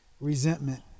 resentment